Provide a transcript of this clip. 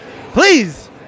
please